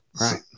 right